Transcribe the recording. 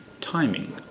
timing